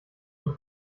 und